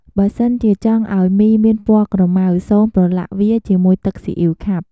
បើសិនជាចង់ឱ្យមីមានពណ៌ក្រមៅ សូមប្រលាក់វាជាមួយទឹកស៊ីអ៉ីវខាប់។